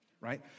Right